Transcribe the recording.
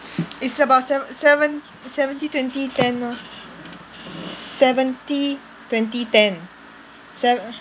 it's about sev~ seven seventy twenty ten lor seventy twenty ten sev~